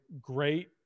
great